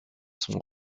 son